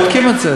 בודקים את זה.